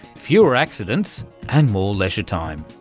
fewer accidents and more leisure time.